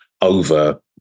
over